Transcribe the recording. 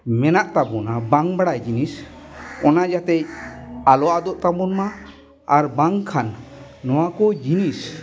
ᱢᱮᱱᱟᱜ ᱛᱟᱵᱚᱱᱟ ᱵᱟᱝ ᱵᱟᱲᱟᱭ ᱡᱤᱱᱤᱥ ᱚᱱᱟ ᱡᱟᱛᱮ ᱟᱞᱚ ᱟᱫᱚᱜ ᱛᱟᱵᱚᱱ ᱢᱟ ᱟᱨ ᱵᱟᱝᱠᱷᱟᱱ ᱱᱚᱣᱟ ᱠᱚ ᱡᱤᱱᱤᱥ